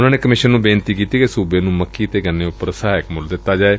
ਉਨ੍ਹਾਂ ਨੇ ਕਮਿਸ਼ਨ ਨੂੰ ਬੇਨਤੀ ਕੀਤੀ ਕਿ ਸੂਬੇ ਨੂੰ ਮੱਕੀ ਅਤੇ ਗੰਨੇ ਉਪਰ ਸਹਾਇਕ ਮੁੱਲ ਦਿੱਤਾ ਜਾਏ